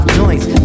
joints